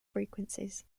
frequencies